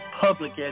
public